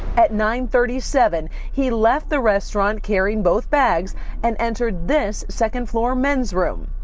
at nine thirty seven, he left the restaurant carrying both bags and entered this second-floor men's room.